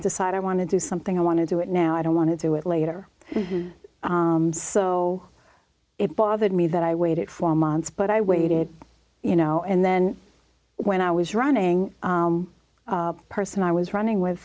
decide i want to do something i want to do it now i don't want to do it later so it bothered me that i waited for months but i waited you know and then when i was running a person i was running with